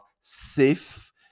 safe